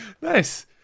Nice